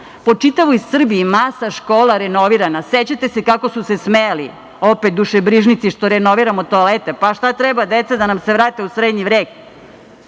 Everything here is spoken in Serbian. Po čitavoj Srbiji je masa škola renovirana. Sećate se kako su se smejali, opet dušebrižnici, što renoviramo toalete. A šta treba, deca da nam se vrate u srednji vek?